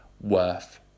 worth